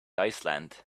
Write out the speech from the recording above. iceland